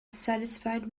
satisfied